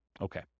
Okay